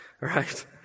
right